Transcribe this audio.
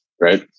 Right